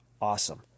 awesome